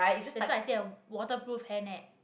that's why I say a waterproof hairnet